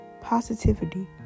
positivity